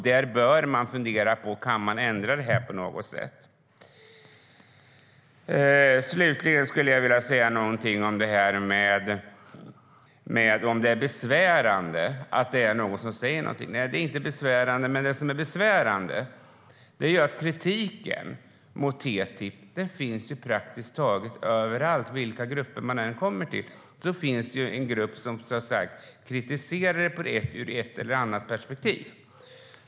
Där bör man fundera på om man kan ändra detta på något sätt. Slutligen skulle jag vilja säga någonting om frågan om det är besvärande att det är någon som säger någonting. Nej, det är inte besvärande. Men det som är besvärande är att kritiken mot TTIP finns praktiskt taget överallt. Vilka grupper man än kommer till finns det några som kritiserar det ur ett eller annat perspektiv.